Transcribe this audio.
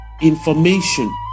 Information